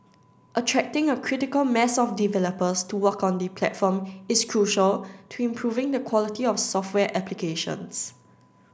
attracting a critical mass of developers to work on the platform is crucial to improving the quality of software applications